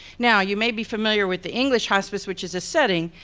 now you may be familiar with the english hospice, which is a setting,